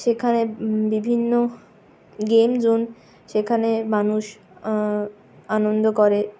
সেখানে বিভিন্ন game zone সেখানে মানুষ আনন্দ করে